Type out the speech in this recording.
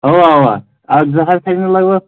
اَوا اَوا اَکھ زٕ ہَتھ کھَسن لگ بگ